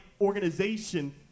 organization